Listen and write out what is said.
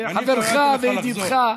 וחברך וידידך,